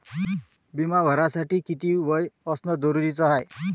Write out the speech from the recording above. बिमा भरासाठी किती वय असनं जरुरीच हाय?